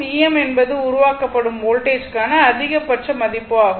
Em என்பது உருவாக்கப்படும் voltage க்கான அதிகபட்ச மதிப்பு ஆகும்